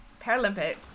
Paralympics